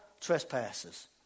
trespasses